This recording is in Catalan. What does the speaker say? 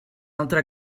altra